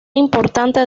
importante